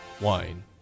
wine